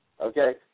Okay